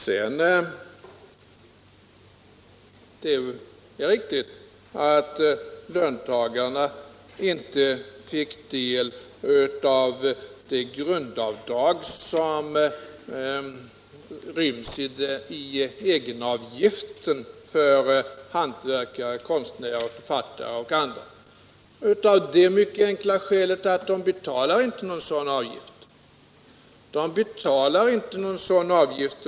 Det är riktigt att löntagarna inte fick del av det grundavdrag som ryms i egenavgiften för hantverkare, konstnärer, författare och andra —- av det mycket enkla skälet att löntagarna inte betalar någon sådan avgift.